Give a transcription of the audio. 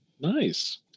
nice